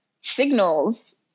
signals